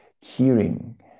hearing